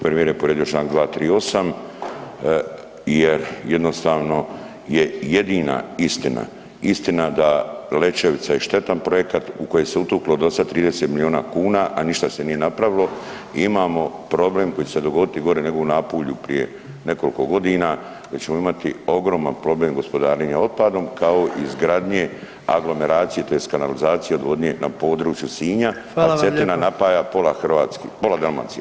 Premijer je povrijedio čl. 238 jer jednostavno je jedina istina, istina da Lećevica je štetan projekat u koji se utuklo do sad 30 milijuna kuna, a ništa se nije napravilo i imamo problem koji će se dogoditi gore nego u Napulju prije nekoliko godina, da ćemo imati ogroman problem gospodarenja otpadom, kao izgradnje aglomeracije tj. kanalizacije i odvodnje na području Sinja, [[Upadica: Hvala vam lijepo.]] jer Cetina napaja pola Hrvatske, pola Dalmacije.